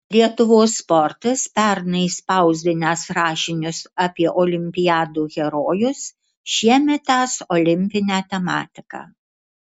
lietuvos sportas pernai spausdinęs rašinius apie olimpiadų herojus šiemet tęs olimpinę tematiką